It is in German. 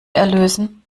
erlösen